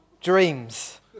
dreams